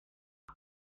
hey